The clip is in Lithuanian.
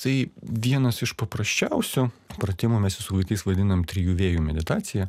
tai vienas iš paprasčiausių pratimų mes jį su vaikais vadinam trijų vėjų meditacija